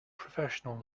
professional